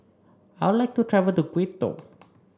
I like to travel to Quito